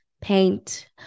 paint